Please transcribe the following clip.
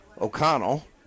O'Connell